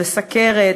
בסוכרת,